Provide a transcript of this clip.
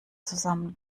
zusammen